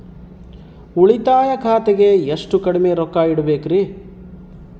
ಉಳಿತಾಯ ಖಾತೆಗೆ ಎಷ್ಟು ಕಡಿಮೆ ರೊಕ್ಕ ಇಡಬೇಕರಿ?